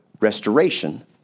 restoration